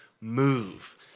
move